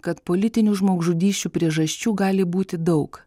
kad politinių žmogžudysčių priežasčių gali būti daug